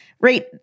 right